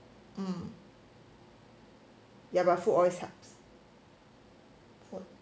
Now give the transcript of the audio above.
um ya but food always helps